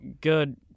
good